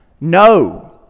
No